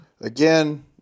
Again